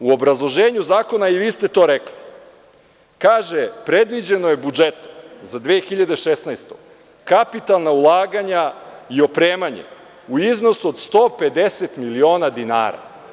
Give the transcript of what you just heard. U obrazloženju zakona, i vi ste to rekli, kaže – predviđeno je budžetom za 2016. godinu kapitalna ulaganja i opremanje u iznosu od 150 miliona dinara.